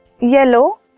yellow